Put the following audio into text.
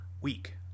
week